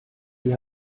die